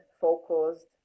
focused